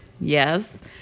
yes